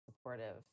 supportive